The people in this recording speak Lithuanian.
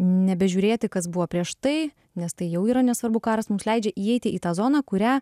nebežiūrėti kas buvo prieš tai nes tai jau yra nesvarbu karas mums leidžia įeiti į tą zoną kurią